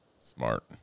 Smart